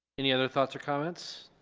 any other thoughts or comments?